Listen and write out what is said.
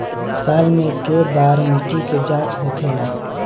साल मे केए बार मिट्टी के जाँच होखेला?